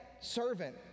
servant